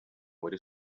muri